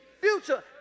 future